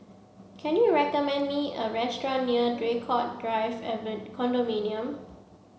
can you recommend me a restaurant near Draycott Drive Condominium